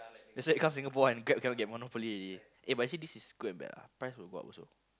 that's why they come Singapore and Grab cannot get monopoly already eh but actually this is good and bad lah price will go up also